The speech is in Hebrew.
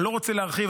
אני לא רוצה להרחיב.